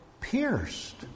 pierced